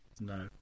No